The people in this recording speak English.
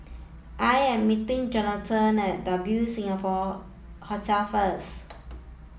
I am meeting Jonathon at W Singapore Hotel first